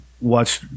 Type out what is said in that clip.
watch